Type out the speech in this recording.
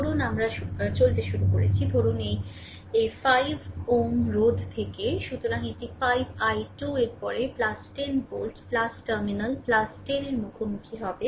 ধরুন আমরা চলতে শুরু করছি ধরুন এই এই 5 Ω রোধ থেকে সুতরাং এটি 5 i 2 এর পরে 10 ভোল্ট টার্মিনাল 10 এর মুখোমুখি হবে